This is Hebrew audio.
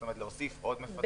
זאת אומרת להוסיף עוד מפתחים.